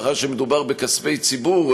מאחר שמדובר בכספי ציבור,